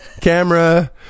camera